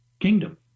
kingdom